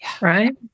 right